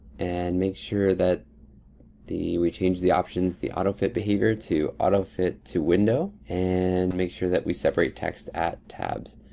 and make sure that we change the options the auto fit behavior to auto fit to window. and make sure that we separate text at tabs.